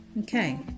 Okay